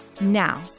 Now